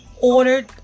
ordered